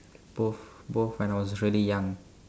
both both when I was really young